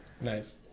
Nice